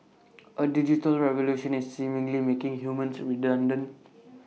A digital revolution is seemingly making humans redundant